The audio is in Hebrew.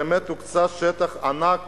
באמת הוקצה שטח ענק